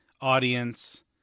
audience